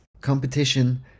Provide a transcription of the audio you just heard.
Competition